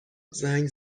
زنگ